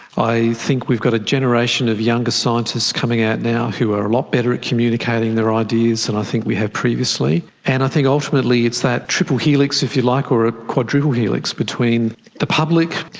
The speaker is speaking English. i think we've got a generation of younger scientists coming out now who are a lot better at communicating their ideas than and i think we had previously. and i think ultimately it's that triple helix, if you like, or a quadruple helix between the public,